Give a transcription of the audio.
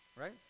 Right